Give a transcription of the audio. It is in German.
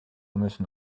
müssen